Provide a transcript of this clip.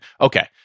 Okay